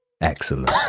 Excellent